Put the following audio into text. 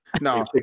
No